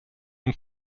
und